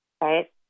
right